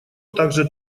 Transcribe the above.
также